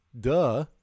duh